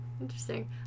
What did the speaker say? Interesting